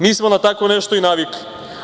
Mi smo na tako nešto i navikli.